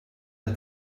der